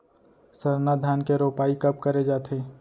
सरना धान के रोपाई कब करे जाथे?